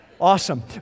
Awesome